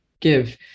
give